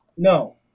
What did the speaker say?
No